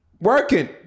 working